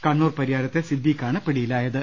കണ്ണൂർ പരിയാരത്തെ സിദ്ദിഖ് ആണ് പിടിയിലായത്